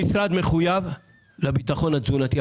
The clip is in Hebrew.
המשרד מחויב לביטחון התזונתי.